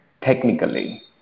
technically